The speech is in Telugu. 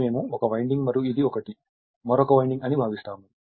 ఇది మేము 1 వైండింగ్ మరియు ఇది ఒకటి మరొక వైండింగ్ అని భావిస్తాము